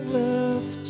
left